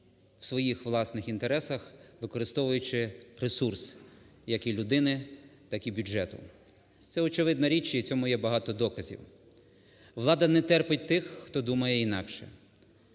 в своїх власних інтересах, використовуючи ресурс як і людини, так і бюджету. Це очевидна річ і цьому є багато доказів. Влада не терпить тих, хто думає інакше.